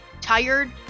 tired